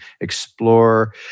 explore